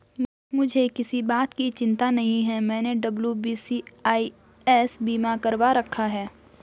मुझे किसी बात की चिंता नहीं है, मैंने डब्ल्यू.बी.सी.आई.एस बीमा करवा रखा था